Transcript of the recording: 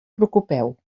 preocupeu